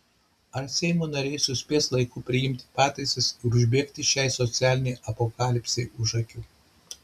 ar seimo nariai suspės laiku priimti pataisas ir užbėgti šiai socialinei apokalipsei už akių